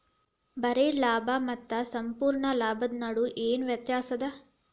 ಬರೆ ಲಾಭಾ ಮತ್ತ ಸಂಪೂರ್ಣ ಲಾಭದ್ ನಡು ಏನ್ ವ್ಯತ್ಯಾಸದ?